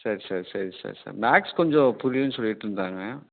சரி சரி சரி சரி சரி சார் மேக்ஸ் கொஞ்சம் புரியலைனு சொல்லிகிட்டுருந்தாங்க